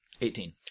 Eighteen